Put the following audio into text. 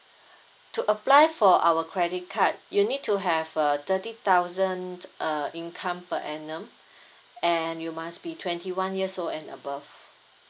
to apply for our credit card you need to have a thirty thousand uh income per annum and you must be twenty one years old and above